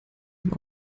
ihm